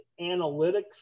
analytics